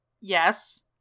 Yes